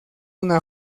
una